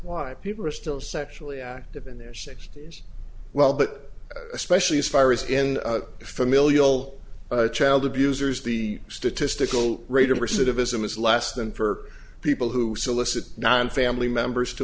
why people are still sexually active in their sixty's well but especially as far as in familial child abusers the statistical rate of recidivism is less than for people who solicit non family members to